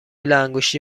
لاانگشتی